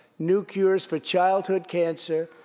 new cures for childhood cancer,